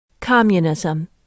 Communism